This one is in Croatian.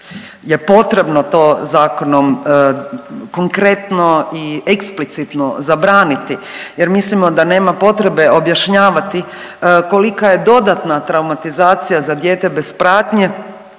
je potrebno to zakonom konkretno i eksplicitno zabraniti jer mislimo da nema potrebe objašnjavati kolika je dodatna traumatizacija za dijete bez pratnje